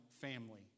family